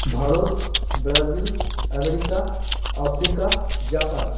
Bharat Brazil America Africa Japan